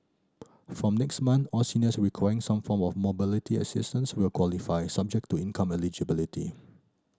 from next month all seniors requiring some form of mobility assistance will qualify subject to income eligibility